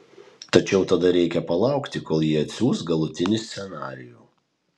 tačiau tada reikia palaukti kol ji atsiųs galutinį scenarijų